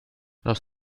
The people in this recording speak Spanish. los